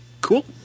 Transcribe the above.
Cool